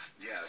yes